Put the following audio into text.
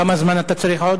כמה זמן אתה צריך עוד?